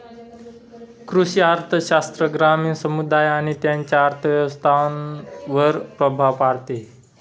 कृषी अर्थशास्त्र ग्रामीण समुदाय आणि त्यांच्या अर्थव्यवस्थांवर प्रभाव पाडते